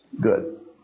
good